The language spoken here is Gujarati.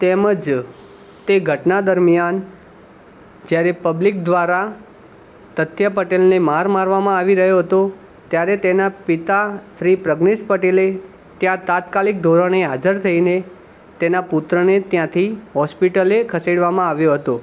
તેમજ તે ઘટના દરમિયાન જ્યારે પબ્લિક દ્વારા તથ્ય પટેલને માર મારવામાં આવી રહ્યો હતો ત્યારે તેના પિતા શ્રી પ્રજ્ઞેશ પટેલે ત્યાં તાત્કાલિક ધોરણે હાજર થઈને તેના પુત્રને ત્યાંથી હૉસ્પિટલે ખસેડવામાં આવ્યો હતો